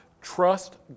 Trust